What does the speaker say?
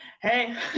hey